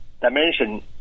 dimension